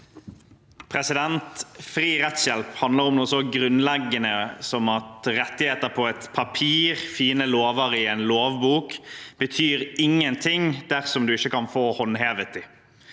Fri retts- hjelp handler om noe så grunnleggende som at rettigheter på et papir og fine lover i en lovbok ikke betyr noen ting dersom man ikke kan få håndhevet